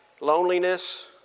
loneliness